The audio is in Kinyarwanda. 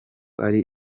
ari